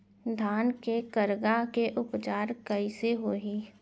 धान के करगा के उपचार कइसे होही?